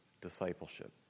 discipleship